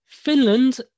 Finland